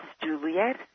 Juliet